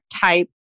type